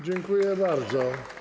Dziękuję bardzo.